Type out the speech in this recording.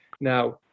now